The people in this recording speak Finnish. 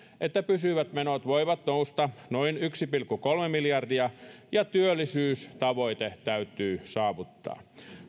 että pysyvät menot voivat nousta noin yksi pilkku kolme miljardia ja työllisyystavoite täytyy saavuttaa